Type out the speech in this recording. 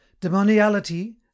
demoniality